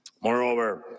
Moreover